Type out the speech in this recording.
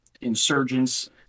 insurgents